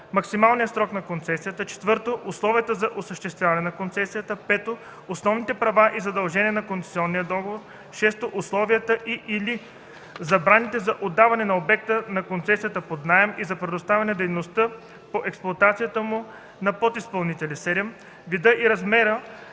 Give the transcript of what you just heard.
максималния срок на концесията; 4. условията за осъществяване на концесията; 5. основните права и задължения по концесионния договор; 6. условията и/или забраните за отдаване на обекта на концесията под наем и за предоставяне на дейности по експлоатацията му на подизпълнители; 7. вида и размера